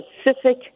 specific